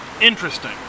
Interesting